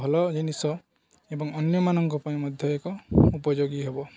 ଭଲ ଜିନିଷ ଏବଂ ଅନ୍ୟମାନଙ୍କ ପାଇଁ ମଧ୍ୟ ଏକ ଉପଯୋଗୀ ହେବ